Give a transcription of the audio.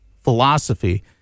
philosophy